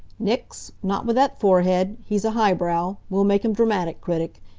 nix. not with that forehead. he's a high-brow. we'll make him dramatic critic.